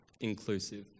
inclusive